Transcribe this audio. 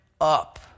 up